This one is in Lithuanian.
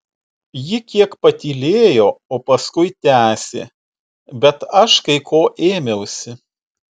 ji kiek patylėjo o paskui tęsė bet aš kai ko ėmiausi